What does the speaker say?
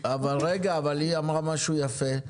רגע, אבל היא אמרה משהו יפה,